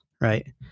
right